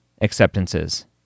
acceptances